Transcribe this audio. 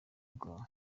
bwabo